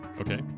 Okay